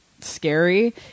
scary